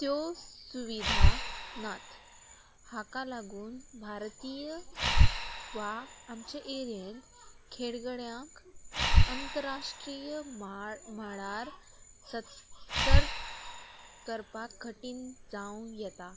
त्यो सुविधा नात हाका लागून भारतीय वा आमचे एरियेन खेळगड्यांक अंतरराष्ट्रीय म्हाळ म्हाळार सत्सर करपाक कठीण जावं येता